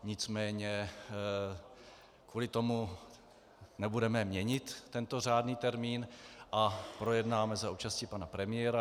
Nicméně kvůli tomu nebudeme měnit tento řádný termín a projednáme za účasti pana premiéra.